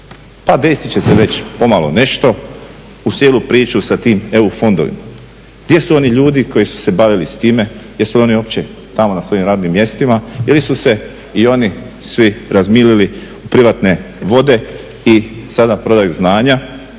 pa desit će se već pomalo nešto uz cijelu priču sa tim EU fondovima. Gdje su oni ljudi koji su se bavili s time, jesu li oni uopće tamo na svojim radnim mjestima ili su se i oni svi razmilili u privatne vode i sada prodaju znanja